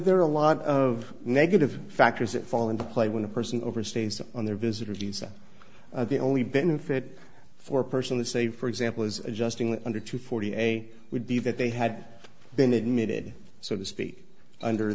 are a lot of negative factors that fall into play when a person overstays on their visitor's visa the only benefit for a person they say for example is adjusting under to forty a would be that they had been admitted so to speak under